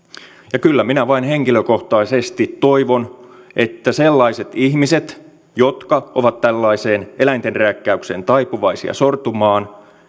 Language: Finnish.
ja kyllä minä vain henkilökohtaisesti toivon että sellaiset ihmiset jotka ovat tällaiseen eläintenrääkkäykseen taipuvaisia sortumaan